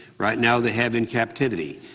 right now they have in captivity